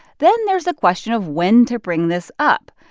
then there's the question of when to bring this up.